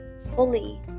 fully